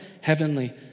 heavenly